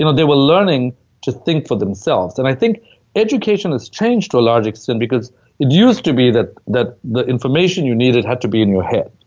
you know they were learning to think for themselves. and i think education has changed to a large extent because it used to be that the information you needed had to be in your head,